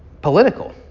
political